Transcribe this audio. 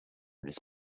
this